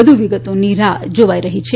વધુ વિગતોની રાહ જોવાઇ રહી છે